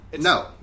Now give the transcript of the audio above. no